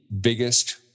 biggest